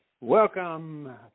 Welcome